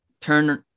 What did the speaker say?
turn